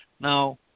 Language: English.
now